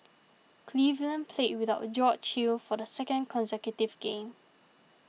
Cleveland played without a George Hill for the second consecutive game